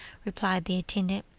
replied the intendant.